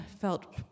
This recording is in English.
felt